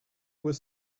were